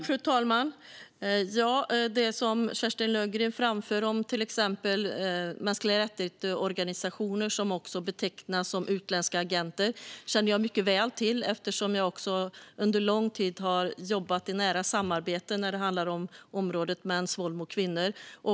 Fru talman! Det som Kerstin Lundgren tar upp om MR-organisationer som betecknas som utländska agenter känner jag mycket väl till eftersom jag under lång tid har arbetat i ett nära samarbete som har gällt området mäns våld mot kvinnor.